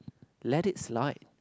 let it slide